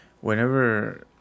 whenever